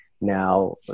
now